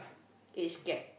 age gap